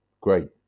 Great